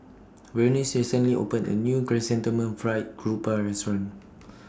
Vernice recently opened A New Chrysanthemum Fried Garoupa Restaurant